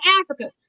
Africa